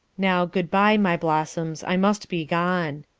now good-bye, my blossoms, i must be gone,